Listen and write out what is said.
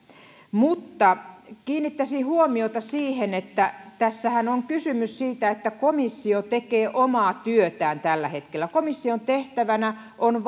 mutta kiinnittäisin huomiota siihen että tässähän on kysymys siitä että komissio tekee omaa työtään tällä hetkellä komission tehtävänä on